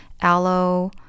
aloe